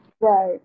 right